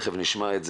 ותיכף נשמע,